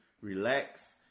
relax